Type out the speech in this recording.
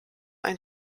ein